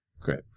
Great